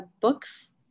books